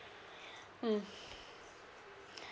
mm